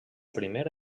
primer